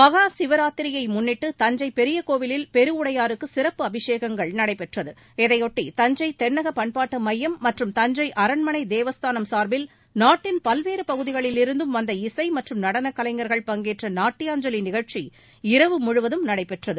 மகாசிவராத்திரியை முன்னிட்டு தஞ்சை பெரிய கோவிலில் பெருவுடையாருக்கு சிறப்பு அபிஷேகங்கள் நடைபெற்றது இதையொட்டி தஞ்சை தென்னக பண்பாட்டு மையம் மற்றும் தஞ்சை அரண்மனை தேவஸ்தானம் சார்பில் நாட்டின் பல்வேறு பகுதிகளிலிருந்தும் வந்த இசை மற்றும் நடன கலைஞர்கள் பங்கேற்ற நாட்டியாஞ்சலி நிகழ்ச்சி இரவு முழுவதும் நடைபெற்றது